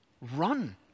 Run